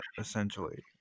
essentially